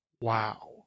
wow